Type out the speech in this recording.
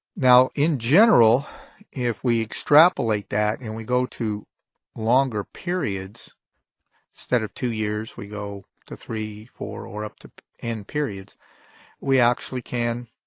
now in general if we extrapolate that and we go to longer periods instead of two years, we go to three, four, or up to n periods we actually can